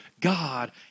God